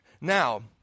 Now